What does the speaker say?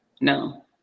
No